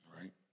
right